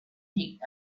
heat